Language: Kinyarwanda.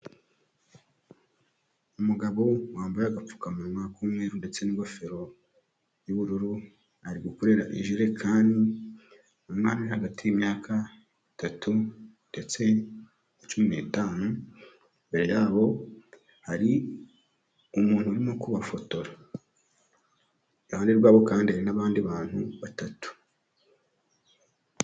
Umugabo wambaye agapfukamunwa k'umweru ndetse n'ingofero y'ubururu, ari gukorera ijerekani umwana uri hagati y'imyaka itatu ndetse na cumi n'itanu, imbere yabo hari umuntu urimo kubafotora, iruhande rwabo kandi hari n'abandi bantu batatu.